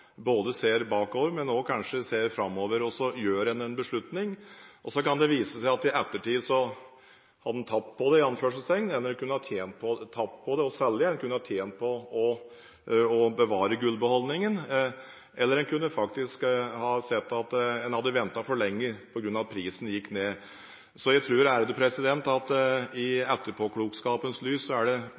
både bakover og kanskje framover, og så tar en en beslutning. Så kan det vise seg i ettertid at en har «tapt på» det å selge, at en kunne tjent på å bevare gullbeholdningen, eller en kunne faktisk ha sett at en hadde ventet for lenge på grunn av at prisen gikk ned. Jeg tror at i etterpåklokskapens lys er det